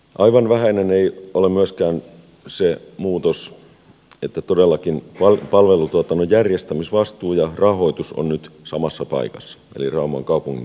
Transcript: aivan vähäinen ei ole myöskään se muutos että todellakin palvelutuotannon järjestämisvastuu ja rahoitus ovat nyt samassa paikassa eli rauman kaupungin kontolla